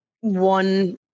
one